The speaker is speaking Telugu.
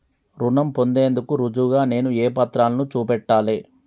రుణం పొందేందుకు రుజువుగా నేను ఏ పత్రాలను చూపెట్టాలె?